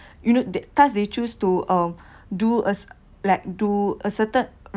you know that task they choose to um do a like to a certain